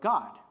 God